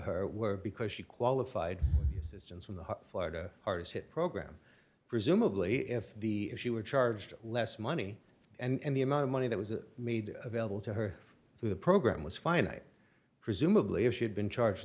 were because she qualified distance from the florida hardest hit program presumably if the she were charged less money and the amount of money that was made available to her through the program was fine and presumably if she'd been charged